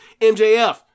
MJF